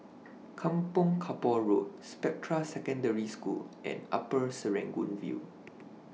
Kampong Kapor Road Spectra Secondary School and Upper Serangoon View